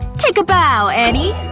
take a bow, annie!